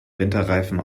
winterreifen